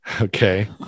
Okay